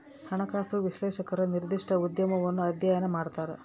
ಹಣಕಾಸು ವಿಶ್ಲೇಷಕರು ನಿರ್ದಿಷ್ಟ ಉದ್ಯಮವನ್ನು ಅಧ್ಯಯನ ಮಾಡ್ತರ